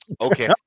okay